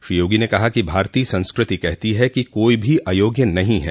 श्री योगी ने कहा कि भारतीय संस्कृति कहती है कि कोई भी अयोग्य नहीं है